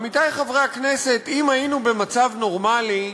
עמיתי חברי הכנסת, אם היינו במצב נורמלי,